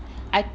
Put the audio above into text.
I